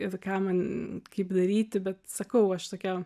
ir ką man kaip daryti bet sakau aš tokia